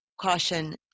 caution